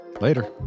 Later